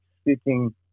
speaking